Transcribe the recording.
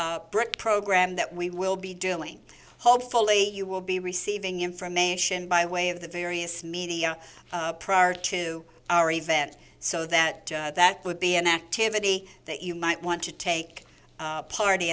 a program that we will be doing hopefully you will be receiving information by way of the various media prior to our event so that that would be an activity that you might want to take part